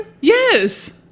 Yes